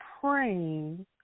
praying